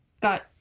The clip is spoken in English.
got